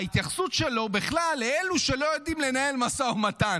ההתייחסות שלו בכלל לאלה שלא יודעים לנהל משא ומתן.